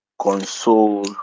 console